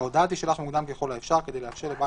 ההודעה תישלח מוקדם ככל האפשר כדי לאפשר לבעל